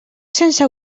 sense